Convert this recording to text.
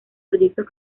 proyectos